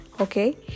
okay